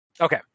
Okay